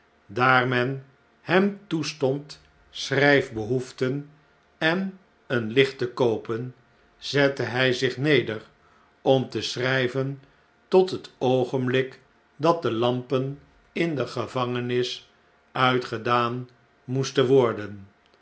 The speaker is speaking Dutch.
daar men hem toestond schrijfbehoeften en een licht te koopen zette hy zich neder om te schrjjven tot het oogenblik dat de lampen in de gevangenis uitgedaan moesten worden